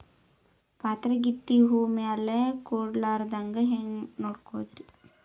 ಪಾತರಗಿತ್ತಿ ಹೂ ಮ್ಯಾಲ ಕೂಡಲಾರ್ದಂಗ ಹೇಂಗ ನೋಡಕೋತಿರಿ?